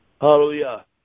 Hallelujah